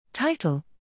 Title